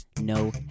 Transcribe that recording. no